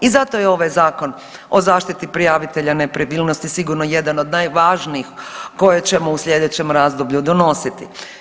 I zato je ovaj Zakon o zaštiti prijavitelja nepravilnosti sigurno jedan od najvažnijih koje ćemo u slijedećem razdoblju donositi.